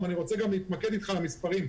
אני רוצה להתמקד איתך במספרים,